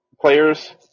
players